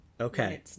okay